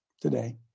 today